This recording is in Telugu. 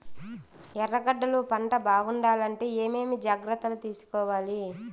ఎర్రగడ్డలు పంట బాగుండాలంటే ఏమేమి జాగ్రత్తలు తీసుకొవాలి?